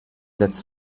setzt